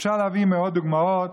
אפשר להביא מאות דוגמאות